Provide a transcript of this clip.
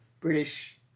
British